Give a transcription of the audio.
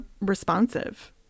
responsive